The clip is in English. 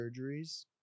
surgeries